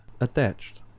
attached